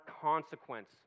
consequence